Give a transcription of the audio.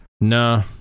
Nah